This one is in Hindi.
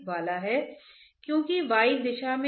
शियर स्ट्रेस का गणितीय निरूपण क्या है म्यू इंटो डेल स्क्वायर